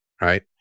right